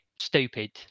stupid